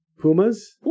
pumas